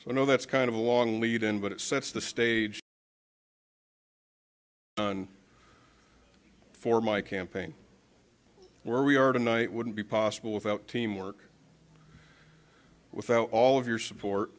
know that's kind of a long lead in but it sets the stage for my campaign where we are tonight wouldn't be possible without teamwork without all of your support